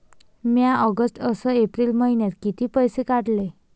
म्या ऑगस्ट अस एप्रिल मइन्यात कितीक पैसे काढले?